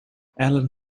allen